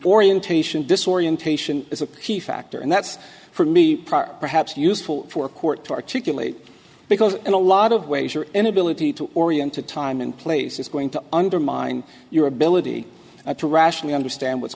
orientation disorientation is a key factor and that's for me perhaps useful for court to articulate because in a lot of ways your inability to orient to time and place is going to undermine your ability to rationally understand what's